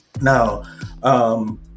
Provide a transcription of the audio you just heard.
now